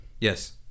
Yes